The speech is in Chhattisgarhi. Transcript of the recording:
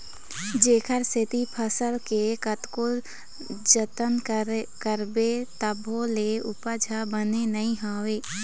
जेखर सेती फसल के कतको जतन करबे तभो ले उपज ह बने नइ होवय